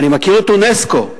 ואני מכיר את אונסק"ו,